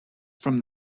from